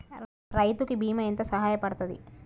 రైతు కి బీమా ఎంత సాయపడ్తది?